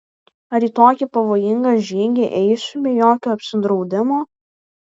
ar į tokį pavojingą žygį eisiu be jokio apsidraudimo